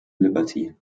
liberty